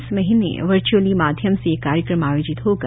इस महीने वर्च्अली माध्यम से यह कार्यक्रम आयोजित होगा